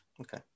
okay